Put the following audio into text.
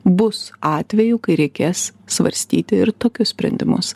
bus atvejų kai reikės svarstyti ir tokius sprendimus